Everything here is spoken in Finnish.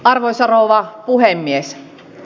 arvoisa rouva puhemies